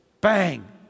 bang